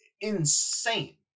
insane